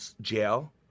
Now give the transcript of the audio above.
jail